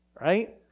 Right